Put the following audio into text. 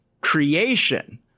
creation